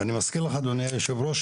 ואני מזכיר לך אדוני יושב הראש,